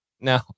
No